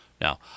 Now